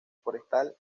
forestal